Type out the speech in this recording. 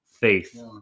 faith